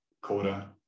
coda